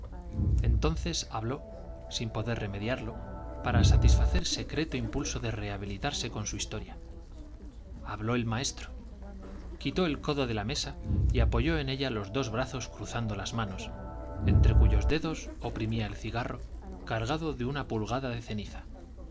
entonces habló sin poder remediarlo para satisfacer secreto impulso de rehabilitarse con su historia habló el maestro quitó el codo de la mesa y apoyó en ella los dos brazos cruzando las manos entre cuyos dedos oprimía el cigarro cargado con una pulgada de ceniza